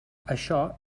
això